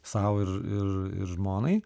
sau ir ir ir žmonai